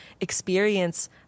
experience